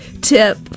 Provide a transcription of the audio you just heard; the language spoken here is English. tip